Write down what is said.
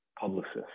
publicist